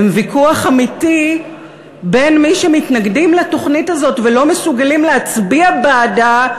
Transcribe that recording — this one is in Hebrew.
הם ויכוח אמיתי בין מי שמתנגדים לתוכנית הזאת ולא מסוגלים להצביע בעדה,